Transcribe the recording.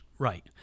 Right